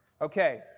Okay